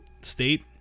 state